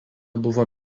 buvo